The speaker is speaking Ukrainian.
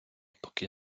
поки